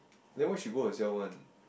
then why she go herself one